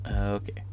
Okay